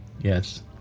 Yes